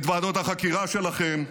את ועדות החקירה שלכם.